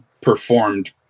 performed